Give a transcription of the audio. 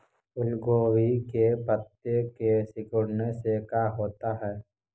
फूल गोभी के पत्ते के सिकुड़ने से का होता है?